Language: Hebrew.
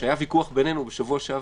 כשהיה ויכוח בינינו בשבוע שעבר,